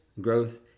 growth